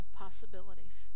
possibilities